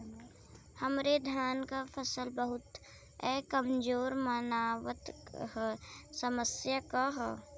हमरे धान क फसल बहुत कमजोर मनावत ह समस्या का ह?